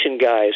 guys